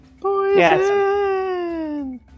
Poison